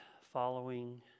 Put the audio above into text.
following